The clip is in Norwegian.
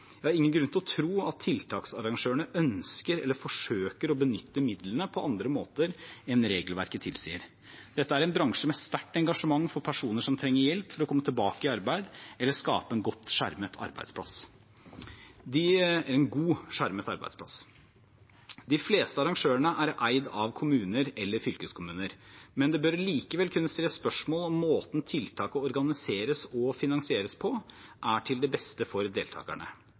Jeg har ingen grunn til å tro at tiltaksarrangørene ønsker eller forsøker å benytte midlene på andre måter enn regelverket tilsier. Dette er en bransje med et sterkt engasjement for personer som trenger hjelp for å komme tilbake i arbeid eller skape en god skjermet arbeidsplass. De fleste arrangørene er eid av kommuner eller fylkeskommuner. Det bør likevel kunne stilles spørsmål om måten tiltaket organiseres og finansieres på, er til det beste for deltakerne.